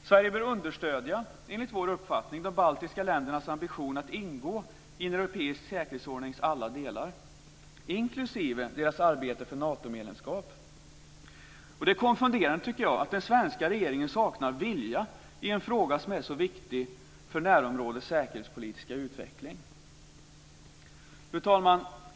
Sverige bör, enligt vår uppfattning, understödja de baltiska ländernas ambition att ingå i en europeisk säkerhetsordnings alla delar inklusive deras arbete för Natomedlemskap. Det är konfunderande att den svenska regeringen saknar vilja i en fråga som är så viktig för närområdets säkerhetspolitiska utveckling. Fru talman!